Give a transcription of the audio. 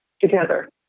together